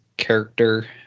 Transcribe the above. character